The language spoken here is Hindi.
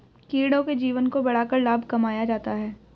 कीड़ों के जीवन को बढ़ाकर लाभ कमाया जाता है